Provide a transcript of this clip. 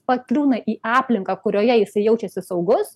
pakliūna į aplinką kurioje jisai jaučiasi saugus